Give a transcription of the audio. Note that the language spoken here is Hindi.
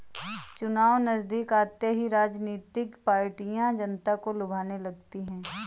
चुनाव नजदीक आते ही राजनीतिक पार्टियां जनता को लुभाने लगती है